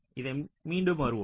எனவே மீண்டும் வருவோம்